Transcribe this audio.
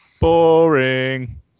Boring